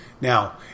Now